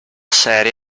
serie